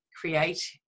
create